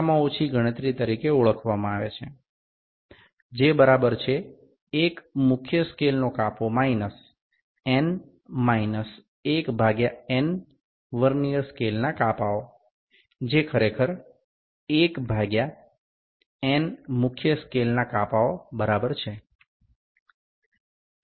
এটি সর্বনিম্ন গণনা হিসাবে পরিচিত যা মূল স্কেলের ১টি বিভাগ বিয়োগ n বিয়োগ ১ ভাজিতক n ভার্নিয়ার স্কেল বিভাগ যা আসলে ১ ভাজিতক n মূল স্কেল বিভাগের সমান